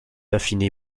affiné